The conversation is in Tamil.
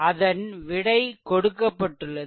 அதன் விடை கொடுக்கப்பட்டுள்ளது